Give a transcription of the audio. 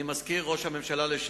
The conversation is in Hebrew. רצוני